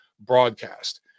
broadcast